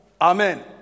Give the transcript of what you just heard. Amen